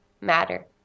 matter